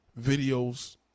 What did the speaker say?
videos